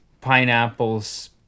pineapples